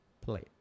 plate